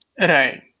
Right